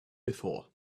before